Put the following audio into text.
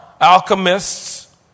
alchemists